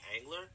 angler